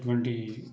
ఎటువంటి